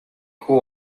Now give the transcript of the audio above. cool